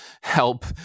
help